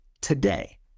today